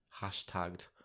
hashtagged